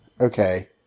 okay